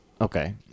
Okay